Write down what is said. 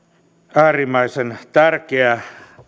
äärimmäisen tärkeä